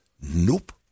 Nope